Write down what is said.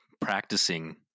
practicing